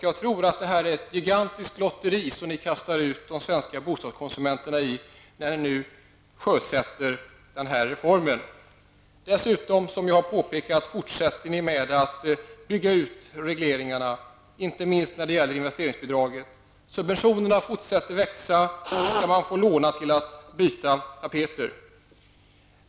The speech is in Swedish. Jag tror att det är ett gigantiskt lotteri som ni kastar de svenska bostadskonsumenter in i när ni sjösätter den här reformen. Dessutom fortsätter ni, som jag påpekade, med att bygga ut regleringarna, inte minst när det gäller investeringsbidraget. Subventionerna fortsätter att växa. Snart kan man få låna till att byta tapeter.